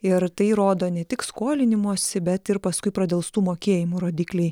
ir tai rodo ne tik skolinimosi bet ir paskui pradelstų mokėjimų rodikliai